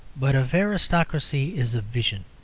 but if aristocracy is a vision,